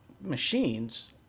machines